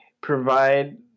provide